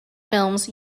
films